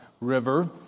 River